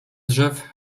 drzew